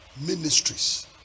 ministries